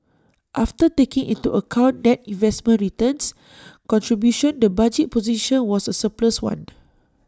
after taking into account net investment returns contribution the budget position was A surplus one